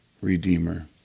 Redeemer